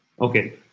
okay